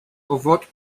overt